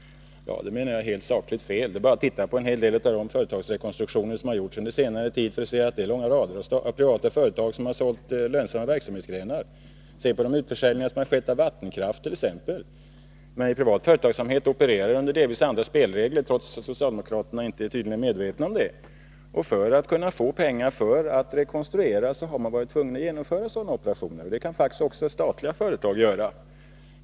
Det menar jag är sakligt helt fel; man behöver bara titta på några av de företagsrekonstruktioner som har gjorts under senare tid för att se att det är långa rader av privata företag som har sålt lönsamma verksamhetsgrenar. Se t.ex. på de utförsäljningar av vattenkraft som har skett. Men privat företagsamhet opererar efter delvis andra spelregler, vilket socialdemokraterna tydligen inte är medvetna om, och för att kunna få pengar för att rekonstruera har man varit tvungen att genomföra sådana operationer. Det kan faktiskt också statliga företag göra.